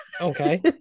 Okay